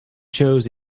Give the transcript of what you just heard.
chose